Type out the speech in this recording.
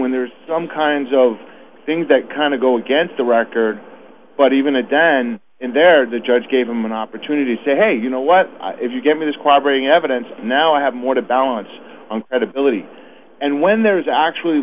when there's some kinds of things that kind of go against the record but even a den and there the judge gave him an opportunity to say hey you know what if you give me this clobbering evidence now i have more to balance on credibility and when there is actually